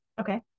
okay